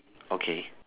okay